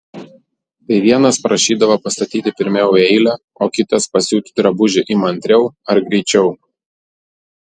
tai vienas prašydavo pastatyti pirmiau į eilę o kitas pasiūti drabužį įmantriau ar greičiau